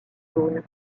jaunes